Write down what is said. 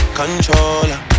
controller